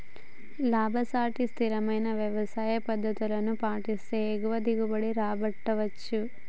లాభసాటి స్థిరమైన వ్యవసాయ పద్దతులను పాటిస్తే ఎక్కువ దిగుబడి రాబట్టవచ్చు